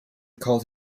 called